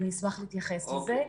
אז אני אשמח להתייחס לזה.